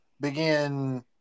begin